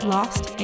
Lost